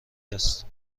است